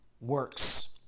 works